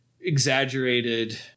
exaggerated